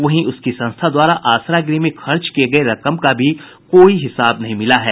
वहीं उसकी संस्था द्वारा आसरा गृह में खर्च किये गये रकम का कोई हिसाब नहीं मिला है